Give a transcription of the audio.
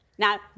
Now